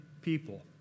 people